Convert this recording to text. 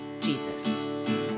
Jesus